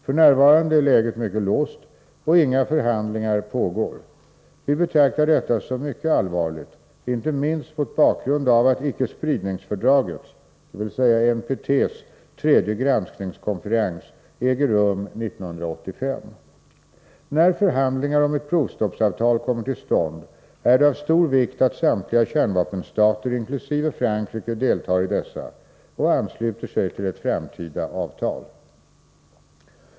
F. n. är läget mycket låst, och inga förhandlingar pågår. Vi betraktar detta som mycket allvarligt, inte minst mot bakgrund av att icke-spridningsfördragets tredje granskningskonferens äger rum 1985. När förhandlingar om ett provstoppsavtal kommer till stånd är det av stor vikt att samtliga kärnvapenstater inkl. Frankrike deltar i dessa och ansluter sig till ett framtida avtal.